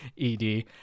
ED